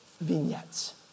vignettes